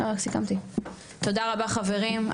תודה רבה חברים,